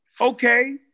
okay